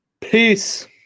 Peace